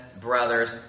brother's